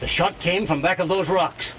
the shot came from back a little rock